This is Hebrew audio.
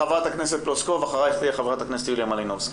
חברת הכנסת פלוסקוב ואחריה חברת הכנסת יוליה מלינובסקי.